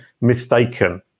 mistaken